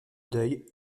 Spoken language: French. deuil